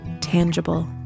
tangible